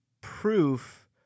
proof